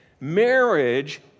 Marriage